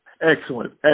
Excellent